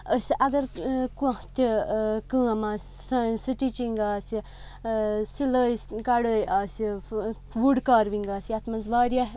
أسۍ اگر کانٛہہ تہِ کٲم آسہِ سٲنۍ سِٹِچِنٛگ آسہِ سِلٲے کَڑٲے آسہِ وُڈ کاروِنٛگ آسہِ یَتھ منٛز واریاہ